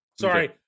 Sorry